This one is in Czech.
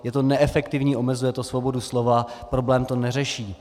Je to neefektivní, omezuje to svobodu slova, problém to neřeší.